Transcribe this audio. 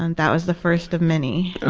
and that was the first of many.